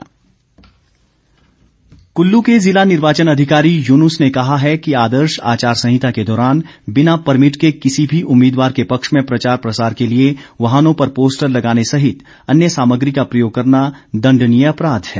चुनाव सिरमौर कुल्लु कल्लू के जिला निर्वाचन अधिकारी यून्स ने कहा है कि आदर्श आचार संहिता के दौरान बिना परमिट के किसी भी उम्मीदवार के पक्ष में प्रचार प्रसार के लिए वाहनों पर पोस्टर लगाने सहित अन्य सामग्री का प्रयोग करना दंडनीय अपराध है